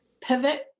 Pivot